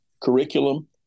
curriculum